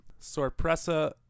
Sorpresa